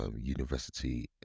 university